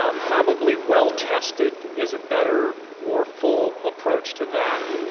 ah probably well tested is a better, more full approach to that.